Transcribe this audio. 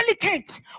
delicate